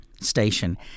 station